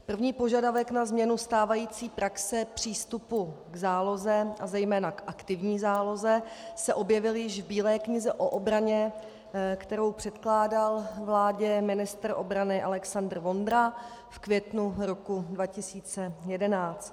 První požadavek na změnu stávající praxe přístupu k záloze a zejména k aktivní záloze se objevil již v Bílé knize o obraně, kterou předkládal vládě ministr obrany Alexandr Vondra v květnu roku 2011.